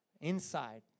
inside